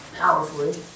powerfully